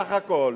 בסך הכול,